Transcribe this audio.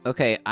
Okay